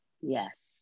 yes